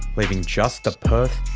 leaving just the perth,